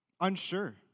unsure